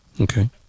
Okay